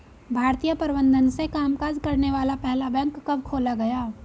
भारतीय प्रबंधन से कामकाज करने वाला पहला बैंक कब खोला गया?